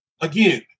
again